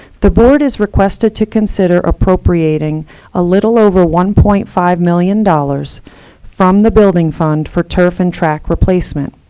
the board is requested to consider appropriating a little over one point five million dollars from the building fund for turf and track replacement.